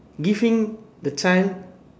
giving the child